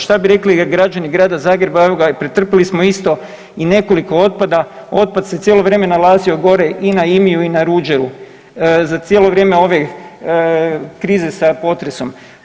Što bi rekli građani Grada Zagreba, evo ga pretrpjeli smo isto i nekoliko otpada, otpad se cijelo vrijeme nalazio gore i na IMI-u i na Ruđeru za cijelo vrijeme ove krize sa potresom?